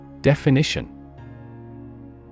Definition